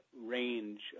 range